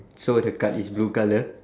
so the card is blue colour